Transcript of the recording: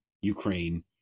Ukraine